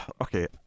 okay